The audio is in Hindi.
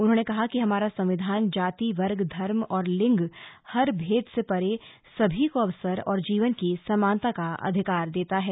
उन्होंने कहा कि हमारा संविधान जाति वर्ग धर्म और लिंग हर भेद से परे सभी को अवसर और जीवन की समानता का अधिकार देता है